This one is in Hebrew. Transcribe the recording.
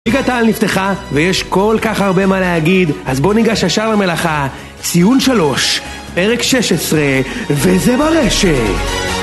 ליגת העל נפתחה, ויש כל כך הרבה מה להגיד, אז בוא ניגש ישר למלאכה, ציון שלוש, פרק שש עשרה, וזה ברשת!